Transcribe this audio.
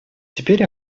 теперь